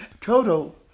Toto